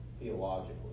theologically